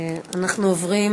אנחנו עוברים